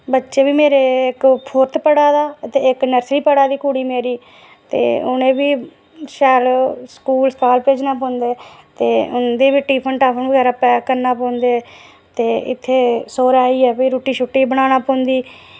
बच्चे बी मेरे इक फोर्थ पढ़ा दा ते इक नर्सरी पढ़ा दी कुड़ी मेरी ते उ'नें बी शैल स्कूल सकाल भेजना पौंदा ते उं'दे बी टिफन बगैरा पैक करना पौंदे ते इत्थै सौह्रे आइयै फिर रुट्टी शुट्टी बी बनाना पौंदी